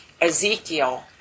Ezekiel